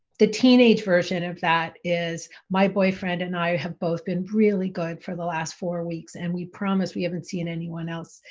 the teenage version of that is my boyfriend and i have both been really good for the last four weeks and we promise we haven't seen anyone else.